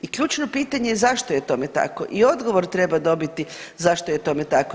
I ključno pitanje je zašto je tome tako i odgovor treba dobiti zašto je tome tako.